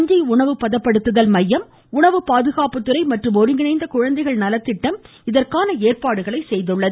தஞ்சாவூர் உணவு பதப்படுத்துதல் மையம் உணவு பாதுகாப்புத்துறை மற்றும் ஒருங்கிணைந்த குழந்தைகள் நலத்திட்டம் இதற்கான ஏற்பாடுகளை செய்துள்ளது